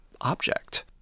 object